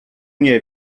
nie